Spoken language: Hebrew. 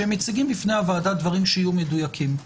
שמציגים בפני הוועדה דברים שיהיו מדויקים.